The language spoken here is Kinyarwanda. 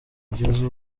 kugeza